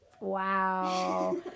Wow